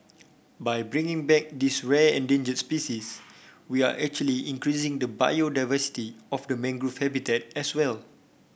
by bringing back this rare endangered species we are actually increasing the biodiversity of the mangrove habitat as well